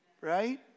right